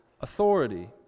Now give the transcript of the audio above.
authority